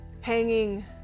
hanging